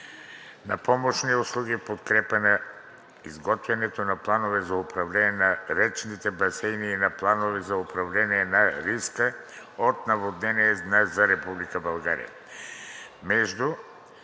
на помощни услуги в подкрепа на изготвянето на плановете за управление на речните басейни и на планове за управление на риска от наводнение за